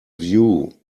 view